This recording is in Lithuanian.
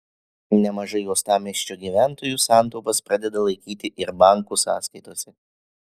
nemažai uostamiesčio gyventojų santaupas pradeda laikyti ir bankų sąskaitose